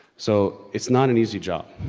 so, it's not an easy job.